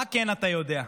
מה כן אתה יודע?